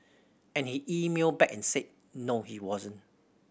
and he emailed back and said no he wasn't